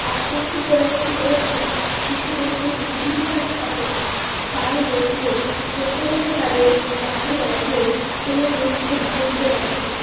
এক বছর বয়সের মধ্যে শিশুদের যে বৃদ্ধি বিকাশ ঘটে তার মধ্যে প্রথমেই তাদের দেখা যায় যে কোনও জিনিসকে ধরতে যাচ্ছে